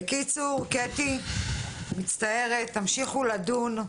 בקיצור, קטי, מצטערת, תמשיכו לדון.